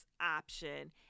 option